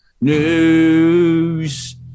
news